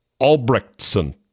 Albrechtson